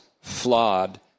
flawed